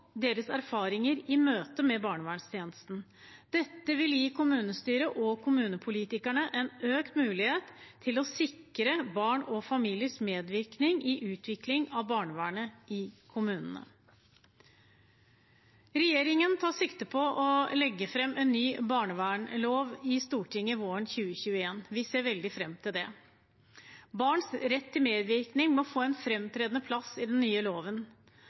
kommunepolitikerne en økt mulighet til å sikre barn og familiers medvirkning i utvikling av barnevernet i kommunene. Regjeringen tar sikte på å legge fram en ny barnevernslov i Stortinget våren 2021. Vi ser veldig fram til det. Barns rett til medvirkning må få en framtredende plass i den nye loven.